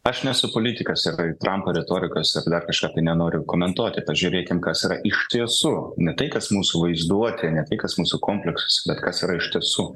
aš nesu politikas ir trampo retorikos ir dar kažką tai nenoriu komentuoti pažiūrėkim kas yra iš tiesų ne tai kas mūsų vaizduotė ne tai kas mūsų kompleksas bet kas yra iš tiesų